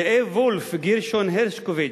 זאב וולף וגרשון הרשקוביץ'